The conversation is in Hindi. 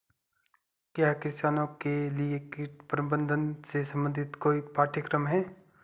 क्या किसानों के लिए कीट प्रबंधन से संबंधित कोई पाठ्यक्रम है?